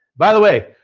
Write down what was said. by the way,